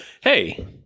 hey